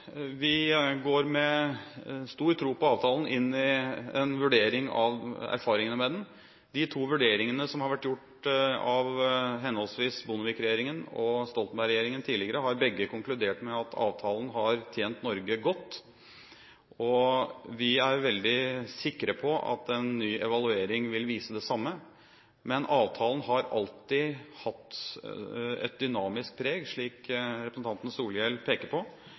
Vi går med stor tro på avtalen inn i en vurdering av erfaringene med den. De to vurderingene som har vært gjort av henholdsvis Bondevik-regjeringen og Stoltenberg-regjeringen tidligere, har begge konkludert med at avtalen har tjent Norge godt. Vi er veldig sikre på at en ny evaluering vil vise det samme. Men avtalen har alltid hatt et dynamisk preg, slik representanten Solhjell peker på.